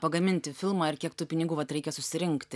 pagaminti filmą ir kiek tų pinigų vat reikia susirinkti